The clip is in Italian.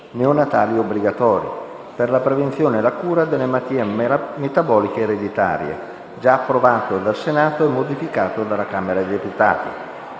neonatali obbligatori per la prevenzione e la cura delle malattie metaboliche ereditarie», già approvato dal Senato e modificato dalla Camera dei deputati.